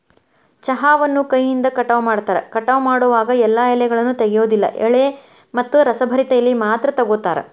ಚಹಾವನ್ನು ಕೈಯಿಂದ ಕಟಾವ ಮಾಡ್ತಾರ, ಕಟಾವ ಮಾಡೋವಾಗ ಎಲ್ಲಾ ಎಲೆಗಳನ್ನ ತೆಗಿಯೋದಿಲ್ಲ ಎಳೆ ಮತ್ತ ರಸಭರಿತ ಎಲಿ ಮಾತ್ರ ತಗೋತಾರ